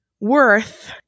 worth